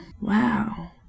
Wow